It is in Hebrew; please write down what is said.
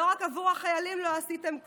לא רק עבור החיילים לא עשיתם כלום.